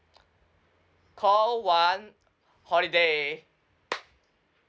call one holiday